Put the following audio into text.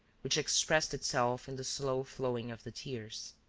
which expressed itself in the slow flowing of the tears.